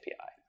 API